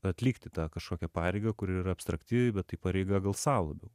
atlikti tą kažkokią pareigą kuri yra abstrakti bet tai pareiga gal sau labiau